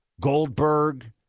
Goldberg